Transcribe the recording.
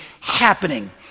happening